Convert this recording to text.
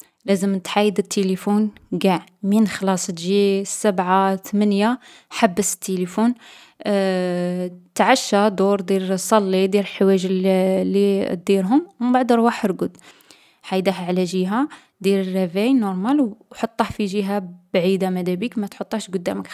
لازم تحايد التلفون قاع. من خلاص تجي السبعة، الثمنية، حبس التلفون تعشى، دور دير الـ صلي دير الجوايج لي لي ديرهم و مبعد رواح رقد. حايده على جهة، دير رافاي نورمال و حطه في جهة بعيدة، مادابيك ما تحطهش قدامك.